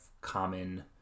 common